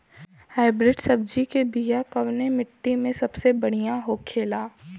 Hybrid सब्जी के बिया कवने मिट्टी में सबसे बढ़ियां होखे ला?